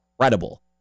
incredible